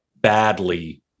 badly